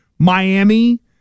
Miami